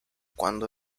cuando